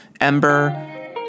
Ember